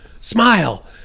smile